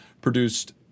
produced